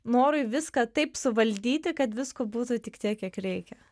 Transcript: norui viską taip suvaldyti kad visko būtų tik tiek kiek reikia